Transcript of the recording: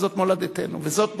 אבל זאת מולדתנו וזאת בעיה.